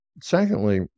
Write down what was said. Secondly